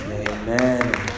Amen